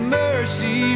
mercy